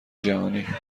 جهانی